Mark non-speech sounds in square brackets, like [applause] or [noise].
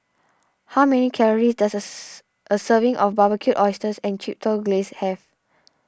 how many calories does a [unintelligible] a serving of Barbecued Oysters [unintelligible] Chipotle Glaze have